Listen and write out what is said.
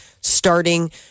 starting